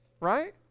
right